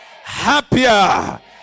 happier